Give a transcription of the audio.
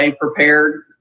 prepared